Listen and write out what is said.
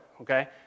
okay